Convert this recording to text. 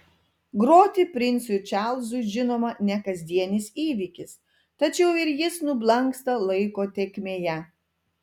groti princui čarlzui žinoma ne kasdienis įvykis tačiau ir jis nublanksta laiko tėkmėje